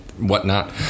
whatnot